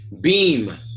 Beam